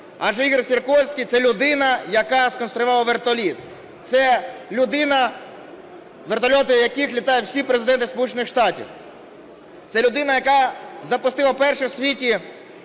Адже Ігор Сікорський – це людина, яка сконструювала вертоліт, це людина, вертольотами якої літають всі президенти Сполучених Штатів. Це людина, яка запустила перший у світі